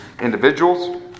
individuals